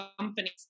companies